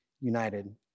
united